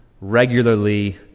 regularly